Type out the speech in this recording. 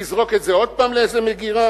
ויזרוק את זה עוד הפעם לאיזה מגירה?